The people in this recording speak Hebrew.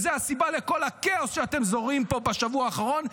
זו הסיבה לכל הכאוס שאתם זורעים פה בשבוע האחרון,